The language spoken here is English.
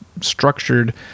structured